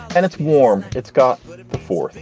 and it's warm. it's got it before.